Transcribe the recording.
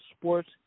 sports